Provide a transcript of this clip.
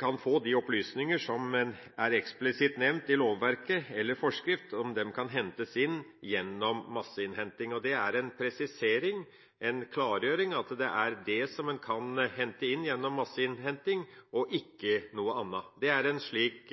kan hentes inn gjennom masseinnhenting». Det er en presisering, en klargjøring, at det kun gjelder det som en kan hente inn gjennom masseinnhenting, og ikke noe annet. Det er en slik